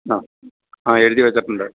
ആ ആ എഴുതിവെച്ചിട്ടുണ്ട്